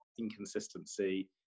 inconsistency